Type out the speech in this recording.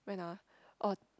when ah oh